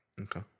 Okay